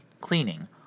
cleaning